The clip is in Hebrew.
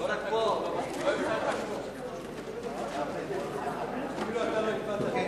התחבורה והבטיחות בדרכים נתקבלה.